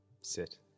Sit